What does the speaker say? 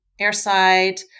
airside